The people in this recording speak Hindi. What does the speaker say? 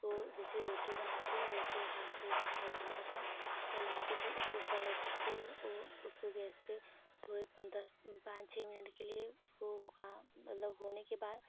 उसको जैसे रोटी बनते हैं उसको हाथ से फैलाना था फैला के उसको पलट कर उ उसको गैस पर थोड़े पन दस पाँच छः मिनट के लिए उसको का मलब होने के बाद